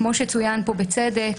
כמו שצוין פה בצדק,